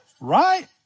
Right